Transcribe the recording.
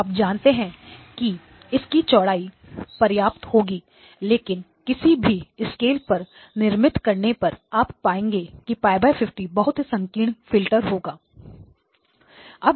आप जानते हैं कि इसकी चौड़ाई पर्याप्त होगी लेकिन किसी भी स्केलपर निर्मित करने पर आप पाएंगे कि π 50 बहुत संकीर्ण फिल्टर होगा